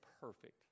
perfect